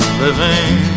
living